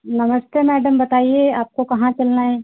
नमस्ते मैडम बताईए आपको कहाँ चलना है